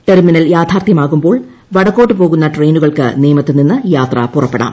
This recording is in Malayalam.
ടെർമിനൽ യാഥാർത്ഥ്യമാകുമ്പോൾ വടക്കോട്ട് പോകുന്ന ട്രയിനുകൾക്ക് നേമത്ത് നിന്ന് യാത്ര പുറപ്പൈടാം